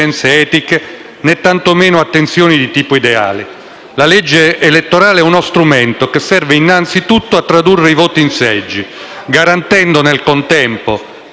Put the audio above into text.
La legge elettorale è uno strumento che serve innanzi tutto a tradurre i voti in seggi, garantendo nel contempo, e per il possibile, rappresentanza e governabilità.